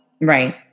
Right